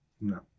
No